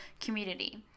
community